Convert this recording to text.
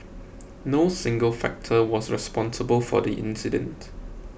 no single factor was responsible for the incident